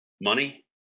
money